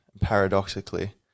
paradoxically